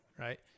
Right